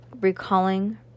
recalling